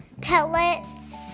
pellets